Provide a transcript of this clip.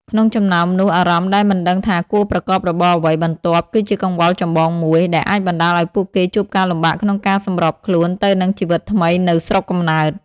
ក្នុងចំណោមនោះ អារម្មណ៍ដែលមិនដឹងថាគួរប្រកបរបរអ្វីបន្ទាប់ គឺជាកង្វល់ចម្បងមួយ ដែលអាចបណ្តាលឱ្យពួកគេជួបការលំបាកក្នុងការសម្របខ្លួនទៅនឹងជីវិតថ្មីនៅស្រុកកំណើត។